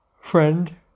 friend